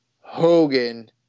Hogan